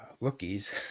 rookies